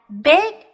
big